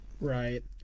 Right